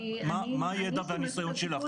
מה הידע והנסיון שלך?